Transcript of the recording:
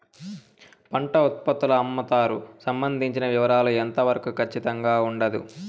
పంట ఉత్పత్తుల అమ్ముతారు సంబంధించిన వివరాలు ఎంత వరకు ఖచ్చితంగా ఉండదు?